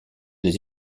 des